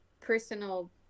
personal